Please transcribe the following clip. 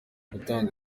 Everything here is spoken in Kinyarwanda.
gutanga